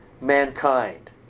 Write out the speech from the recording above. mankind